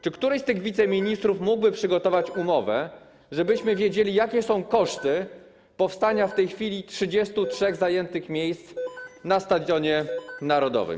Czy któryś z tych wiceministrów mógłby przygotować umowę, żebyśmy wiedzieli, jakie są koszty powstania w tej chwili 33 zajętych miejsc na Stadionie Narodowym?